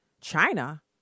China